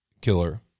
Killer